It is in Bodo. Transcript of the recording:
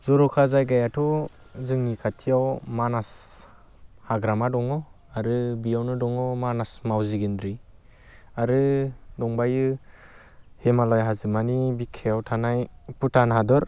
जरखा जायगायाथ' जोंनि खाथियाव मानास हाग्रामा दङ आरो बेयावनो दङ मानास माउिजि गेनद्रि आरो दंबावयो हिमालय हाजोमानि बिखायाव थानाय भुटान हादर